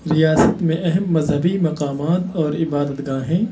ریاست میں اہم مذہبی مقامات اور عبادت گاہیں